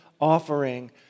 offering